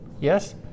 Yes